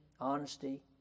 honesty